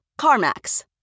CarMax